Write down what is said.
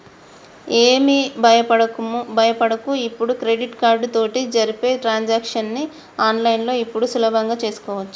ఏమి భయపడకు ఇప్పుడు క్రెడిట్ కార్డు తోటి జరిపే ట్రాన్సాక్షన్స్ ని ఆన్లైన్లో ఇప్పుడు సులభంగా చేసుకోవచ్చు